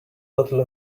bottle